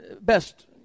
best